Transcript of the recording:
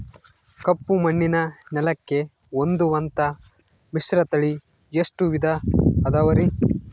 ಕಪ್ಪುಮಣ್ಣಿನ ನೆಲಕ್ಕೆ ಹೊಂದುವಂಥ ಮಿಶ್ರತಳಿ ಎಷ್ಟು ವಿಧ ಅದವರಿ?